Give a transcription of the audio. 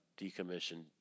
decommissioned